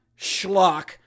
schlock